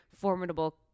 formidable